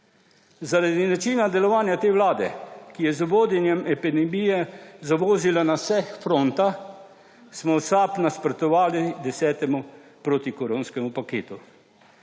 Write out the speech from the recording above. Zaradi načina delovanja te vlade, ki je z vodenjem epidemije zavozila na vseh frontah, smo v SAB nasprotovali desetemu protikoronskemu paketu.